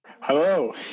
Hello